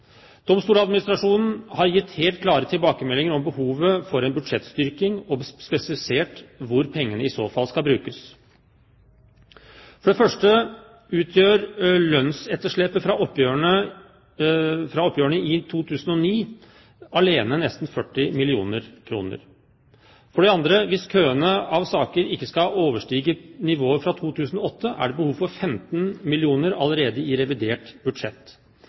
Domstoladministrasjonen har gitt helt klare tilbakemeldinger om behovet for en budsjettstyrking og spesifisert hvor pengene i så fall skal brukes. For det første utgjør lønnsetterslepet fra oppgjørene i 2009 alene nesten 40 mill. kr. For det andre, hvis køene av saker ikke skal overstige nivået fra 2008, er det behov for 15 mill. kr allerede i revidert budsjett,